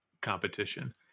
competition